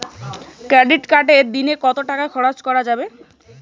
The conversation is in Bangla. ক্রেডিট কার্ডে দিনে কত টাকা খরচ করা যাবে?